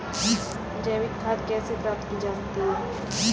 जैविक खाद कैसे प्राप्त की जाती है?